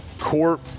Court